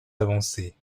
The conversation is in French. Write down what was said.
avancées